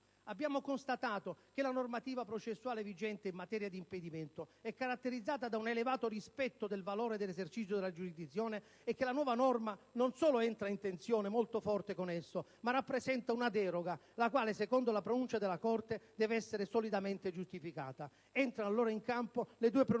Abbiamo constatato che la normativa processuale vigente in materia di impedimento è caratterizzata da un elevato rispetto del valore dell'esercizio della giurisdizione e che la nuova norma non solo entra in tensione molto forte con esso, ma rappresenta una deroga, la quale, secondo le pronunce della Corte, deve essere solidamente giustificata. Entrano allora in campo le due pronunce